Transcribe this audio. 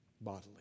bodily